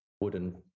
wooden